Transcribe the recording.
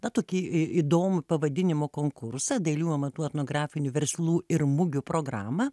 na tokį į įdomių pavadinimu konkursą dailiųjų amatų etnografinių verslų ir mugių programą